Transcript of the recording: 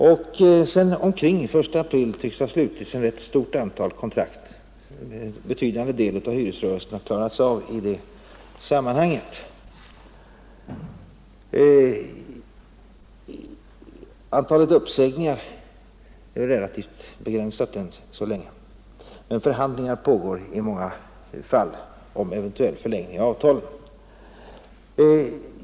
Omkring den 1 april tycks det sedan ha slutits ett rätt stort antal kontrakt — en betydande del av hyresrörelsen har klarats av i det sammanhanget. Antalet uppsägningar är relativt begränsat än så länge, men förhandlingar pågår i många fall om eventuell förlängning av avtalen.